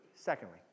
Secondly